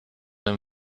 dem